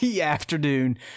afternoon